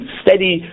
steady